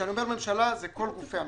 כשאני אומר ממשלה זה כל גופי הממשלה.